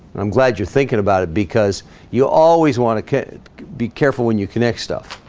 i'm glad you're thinking about it because you always want to be careful when you connect stuff